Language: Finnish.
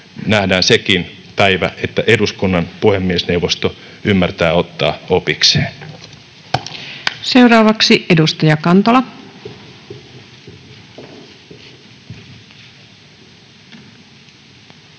nähdään sekin päivä, että eduskunnan puhemiesneuvosto ymmärtää ottaa opikseen. [Speech 131] Speaker: Ilkka Kantola